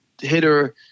hitter